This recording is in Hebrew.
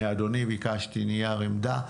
מאדוני ביקשתי נייר עמדה,